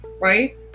right